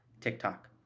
TikTok